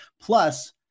Plus